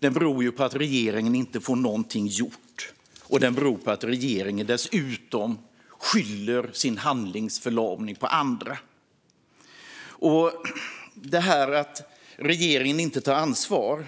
Den beror på att regeringen inte får någonting gjort, och den beror på att regeringen dessutom skyller sin handlingsförlamning på andra. Att regeringen inte tar ansvar